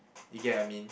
you get what I mean